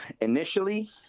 Initially